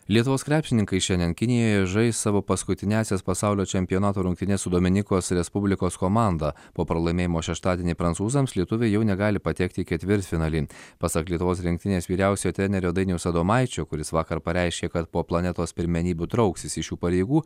lietuvos krepšininkai šiandien kinijoje žais savo paskutiniąsias pasaulio čempionato rungtynes su dominikos respublikos komanda po pralaimėjimo šeštadienį prancūzams lietuviai jau negali patekti į ketvirtfinalį pasak lietuvos rinktinės vyriausiojo trenerio dainiaus adomaičio kuris vakar pareiškė kad po planetos pirmenybių trauksis iš šių pareigų